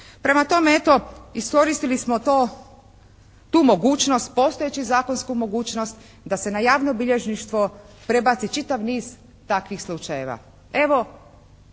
Prema tome, eto iskoristili smo tu mogućnost, postojeću zakonsku mogućnost da se na javno bilježništvo prebaci čitav niz takvih slučajeva. Evo,